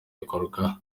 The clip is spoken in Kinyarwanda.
bikorwa